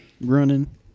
running